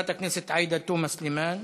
חברת הכנסת עאידה תומא סלימאן,